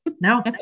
No